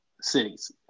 cities